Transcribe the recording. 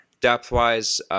Depth-wise